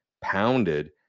pounded